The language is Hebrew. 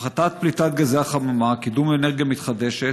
הפחתת פליטת גזי החממה, קידום אנרגיה מתחדשת,